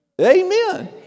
Amen